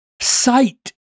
sight